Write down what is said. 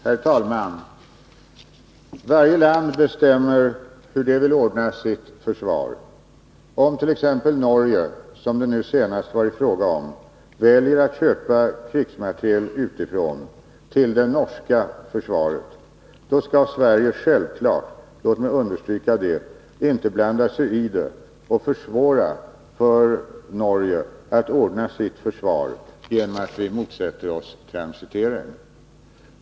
Herr talman! Varje land bestämmer hur det vill ordna sitt försvar. Om Norge, som det nu senast varit fråga om, väljer att köpa krigsmateriel utifrån till det norska försvaret, då skall Sverige självklart — låt mig understryka det — inte blanda sig i det och försvåra för Norge att ordna sitt försvar genom att vi motsätter oss transitering.